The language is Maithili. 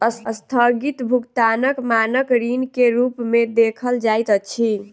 अस्थगित भुगतानक मानक ऋण के रूप में देखल जाइत अछि